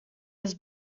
was